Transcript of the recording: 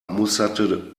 musterte